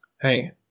Hey